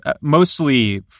mostly